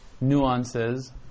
nuances